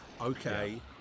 Okay